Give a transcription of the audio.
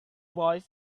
boys